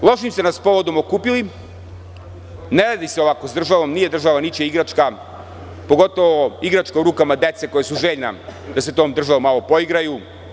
Prema tome, lošim ste nas povodom okupili, ne radi se lako sa državom, nije država ničija igračka pogotovo igračka u rukama dece koja su željna da se tom državom pomalo poigraju.